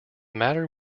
matter